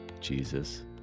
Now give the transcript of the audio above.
Jesus